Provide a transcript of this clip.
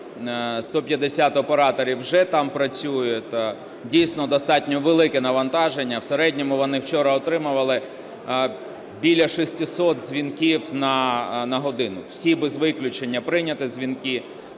150 операторів, вже там працюють. Дійсно достатньо велике навантаження, в середньому вони вчора отримували біля 600 дзвінків на годину. Всі без виключення прийняті дзвінки,